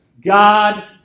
God